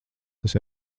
tas